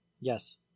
Yes